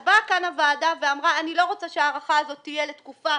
אז באה כאן הוועדה ואמרה: אני לא רוצה שההארכה הזאת תהיה לתקופה